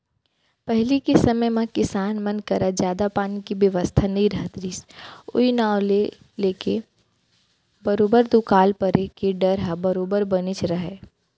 पहिली के समे म किसान मन करा जादा पानी के बेवस्था नइ रहत रहिस ओई नांव लेके बरोबर दुकाल परे के डर ह बरोबर बनेच रहय